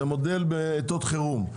זה מודל בעיתות חירום.